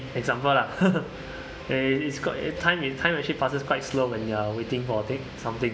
example lah eh it's got it~ time in time actually passes quite slow when you are waiting for that something